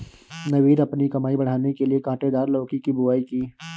नवीन अपनी कमाई बढ़ाने के लिए कांटेदार लौकी की बुवाई की